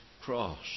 cross